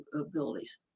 abilities